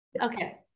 Okay